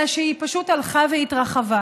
אלא שהיא פשוט הלכה והתרחבה.